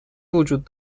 وجود